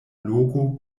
loko